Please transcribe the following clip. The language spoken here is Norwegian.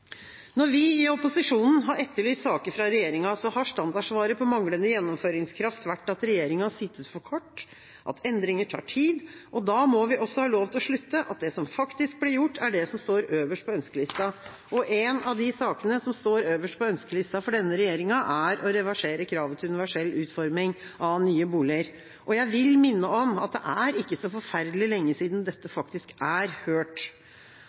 Når vi i opposisjonen har etterlyst saker fra regjeringa, har standardsvaret på manglende gjennomføringskraft vært at regjeringa har sittet for kort, at endringer tar tid. Da må vi også ha lov til å slutte at det som faktisk blir gjort, er det som står øverst på ønskelista. Og en av de sakene som står øverst på ønskelista for denne regjeringa, er å reversere kravet til universell utforming av nye boliger. Jeg vil minne om at det ikke er så forferdelig lenge siden dette faktisk er hørt.